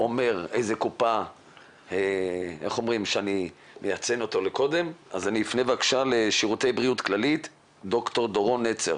אני פונה לד"ר דורון נצר